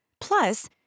Plus